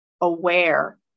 aware